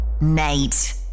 Nate